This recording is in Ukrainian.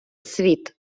світ